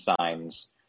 signs